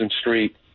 street